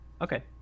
Okay